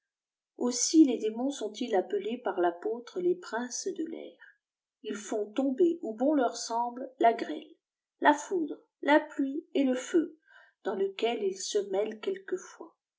aussi les démons sont-ils appelés par l'apôtre les princes de l'air ils font tomber où bon leur semble la grêle la foudre la pluie et le feu dans lesquels ils se mêlent quelquefois